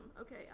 okay